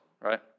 right